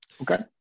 Okay